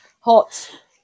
hot